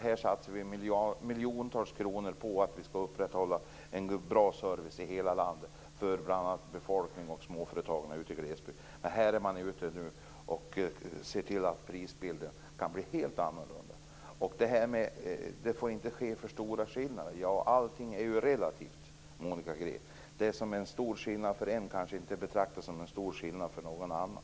Här satsar vi miljontals kronor på att upprätthålla en bra service i hela landet för bl.a. befolkning och småföretagare ute i glesbygden, medan man nu är ute och ser till att prisbilden kan bli helt annorlunda. Man säger att det inte får bli för stora skillnader. Ja, allting är ju relativt, Monica Green. Det som är en stor skillnad för en kanske inte betraktas som någon stor skillnad för någon annan.